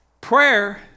Prayer